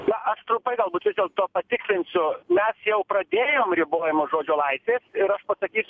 na aš trumpai galbūt vis dėlto patikslinsiu mes jau pradėjom ribojimą žodžio laisvės ir aš pasakysiu